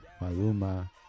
Maluma